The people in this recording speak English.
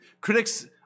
critics